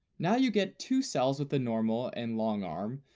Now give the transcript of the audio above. now you get two cells with the normal and long-arm,